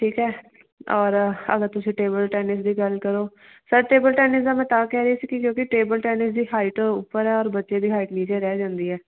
ਠੀਕ ਹੈ ਔਰ ਅਗਰ ਤੁਸੀਂ ਟੇਬਲ ਟੈਨਿਸ ਦੀ ਗੱਲ ਕਰੋ ਸਰ ਟੇਬਲ ਟੈਨਿਸ ਦਾ ਮੈਂ ਤਾਂ ਕਹਿ ਰਹੀ ਸੀ ਕਿ ਜੇ ਉਹਦੀ ਟੇਬਲ ਟੈਨਿਸ ਦੀ ਹਾਈਟ ਉੱਪਰ ਹੈ ਔਰ ਬੱਚੇ ਦੀ ਹਾਈਟ ਨੀਚੇ ਰਹਿ ਜਾਂਦੀ ਹੈ